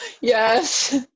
Yes